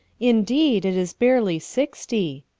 indeed, it is barely sixty.